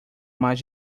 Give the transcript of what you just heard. mais